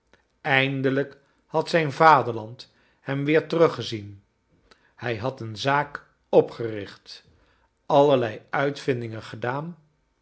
eindelijk had zijn vaderland hem weer teruggezien hij had een zaak opgericht allerlei uitvindingen gedaan